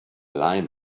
line